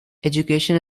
education